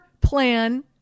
plan